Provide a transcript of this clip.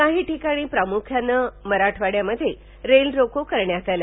काही ठिकाणी प्रामुख्यानं मराठवाब्यात रेलरोको करण्यात आलं